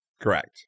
Correct